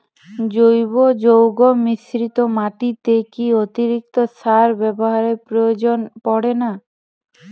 জৈব যৌগ মিশ্রিত মাটিতে কি অতিরিক্ত সার ব্যবহারের প্রয়োজন পড়ে না?